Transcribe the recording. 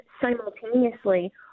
simultaneously